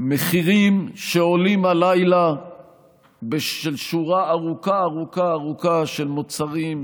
המחירים עולים הלילה בשורה ארוכה ארוכה של מוצרים,